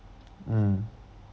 mm